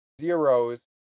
zeros